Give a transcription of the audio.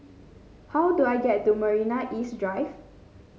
how do I get to Marina East Drive